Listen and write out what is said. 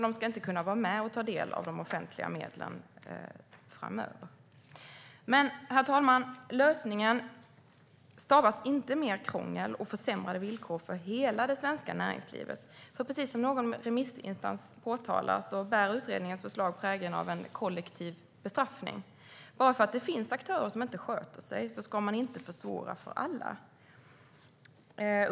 De ska inte kunna vara med och ta del av de offentliga medlen framöver. Herr talman! Lösningen stavas dock inte mer krångel och försämrade villkor för hela det svenska näringslivet. Precis som en av remissinstanserna pekade på bär utredningens förslag prägeln av en kollektiv bestraffning. Bara för att det finns aktörer som inte sköter sig ska man inte försvåra för alla.